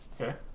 Okay